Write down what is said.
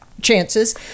chances